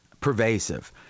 pervasive